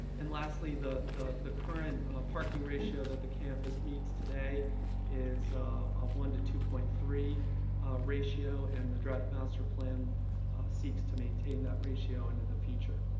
and, lastly, the the current parking ratio that the campus meets today is a one to two point three ratio, and the draft master plan seeks to maintain that ratio into the future.